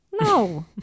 No